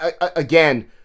Again